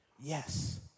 Yes